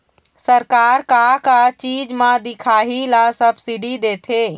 सरकार का का चीज म दिखाही ला सब्सिडी देथे?